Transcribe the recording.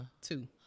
two